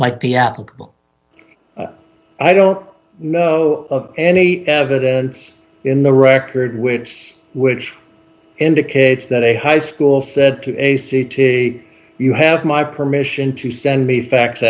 might be applicable i don't know of any evidence in the record which which indicates that a high school said to a c t you have my permission to send me